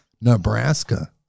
Nebraska